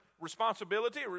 responsibility